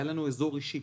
היה לנו אזור אישי.